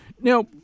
Now